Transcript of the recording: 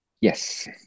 yes